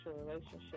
relationship